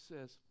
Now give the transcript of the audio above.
says